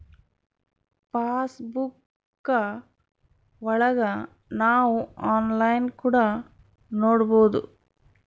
pass ಬುಕ್ಕಾ ಒಳಗ ನಾವ್ ಆನ್ಲೈನ್ ಕೂಡ ನೊಡ್ಬೋದು